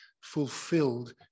fulfilled